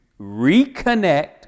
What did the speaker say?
reconnect